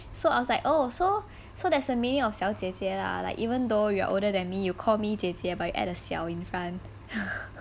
so I was like oh so so there's a meaning of 小姐姐 lah like even though you're older than me you call me 姐姐 but you add a 小 in front